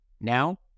Now